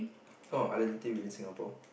oh identity with Singapore